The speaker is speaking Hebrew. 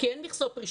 כי אין מכסות פרישה.